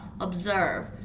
observe